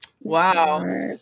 Wow